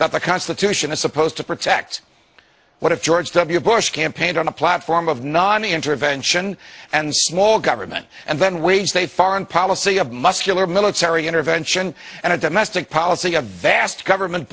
that the constitution is supposed to protect what if george w bush campaigned on a platform of nonintervention and small government and then waged a foreign policy of muscular military intervention and a domestic policy a vast government